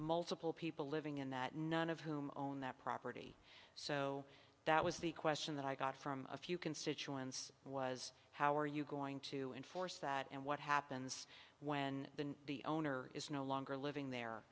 multiple people living in that none of whom own that property so that was the question that i got from a few constituents was how are you going to enforce that and what happens when the owner is no longer living there